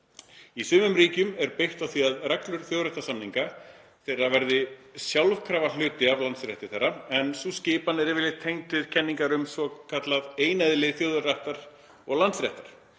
Í sumum ríkjum er byggt á því að reglur þjóðréttarsamninga þeirra verði sjálfkrafa hluti af landsrétti þeirra en sú skipan er yfirleitt tengd við kenningar um svokallað eineðli þjóðaréttar og landsréttar.